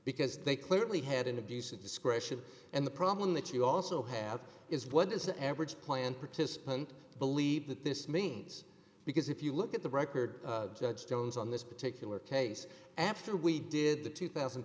because they clearly had an abuse of discretion and the problem that you also have is what does the average plan participant believe that this means because if you look at the record judge jones on this particular case after we did the two thousand